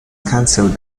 canceled